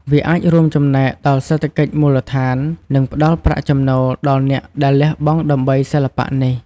វាអាចរួមចំណែកដល់សេដ្ឋកិច្ចមូលដ្ឋាន និងផ្តល់ប្រាក់ចំណូលដល់អ្នកដែលលះបង់ដើម្បីសិល្បៈនេះ។